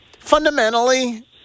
Fundamentally